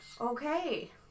Okay